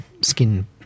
skin